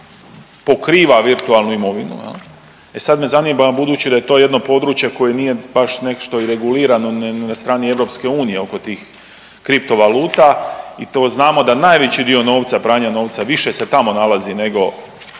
pokriva virtualnu imovinu, e sad me zanima, budući da je to jedno područje koje nije baš nešto i regulirano na strani EU oko tih kriptovaluta i to znamo da najveći dio novca, pranja novca više se tamo nalazi nego